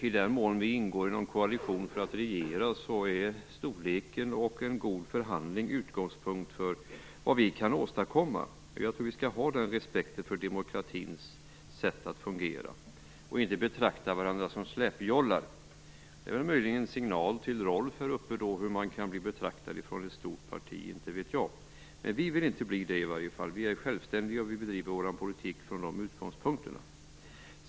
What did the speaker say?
I den mån vi ingår i någon koalition för att regera är storlek och en god förhandling utgångspunkten för vad vi kan åstadkomma. Jag tror att vi skall ha den respekten för demokratins sätt att fungera och inte betrakta varandra som släpjollar. Det är möjligen en signal till Rolf Kenneryd om hur man kan bli betraktad av ett stor parti, inte vet jag. Vi vill i varje fall inte bli betraktade så. Vi är självständiga och bedriver vår politik från de utgångspunkterna.